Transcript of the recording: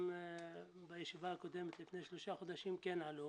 גם בישיבה הקודמת לפני שלושה חודשים כן עלו